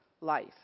life